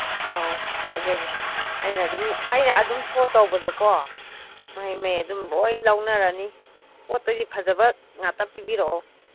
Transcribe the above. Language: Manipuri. ꯑꯧ ꯍꯥꯏꯖꯒꯦ ꯑꯩꯅ ꯑꯗꯨꯝ ꯑꯩꯅ ꯑꯗꯨꯝ ꯁꯣ ꯇꯧꯕꯗꯀꯣ ꯃꯍꯩ ꯃꯍꯩ ꯑꯗꯨꯝ ꯂꯣꯏ ꯂꯧꯅꯔꯅꯤ ꯄꯣꯠꯇꯨꯗꯤ ꯐꯖꯕ ꯉꯥꯛꯇ ꯄꯤꯕꯤꯔꯛꯑꯣ